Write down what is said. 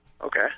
Okay